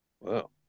Wow